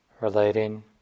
relating